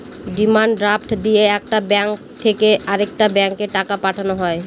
demand draft দিয়ে একটা bank থেকে আরেকটা ব্যাঙ্কে টাকা পাঠানো হয়